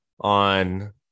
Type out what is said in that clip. on